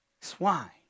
Swine